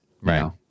Right